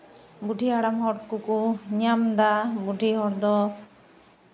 ᱵᱩᱰᱷᱤ ᱦᱟᱲᱟᱢ ᱦᱚᱲ ᱠᱚᱠᱚ ᱧᱟᱢᱫᱟ ᱵᱩᱰᱷᱤ ᱦᱚᱲ ᱫᱚ